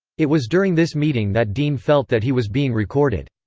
it was during this meeting that dean felt that he was being recorded.